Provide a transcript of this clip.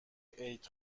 عید